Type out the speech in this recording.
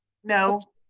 no.